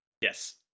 Yes